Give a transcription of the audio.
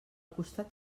costat